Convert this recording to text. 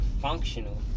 functional